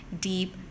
deep